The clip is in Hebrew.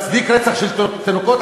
מצדיק רצח של תינוקות,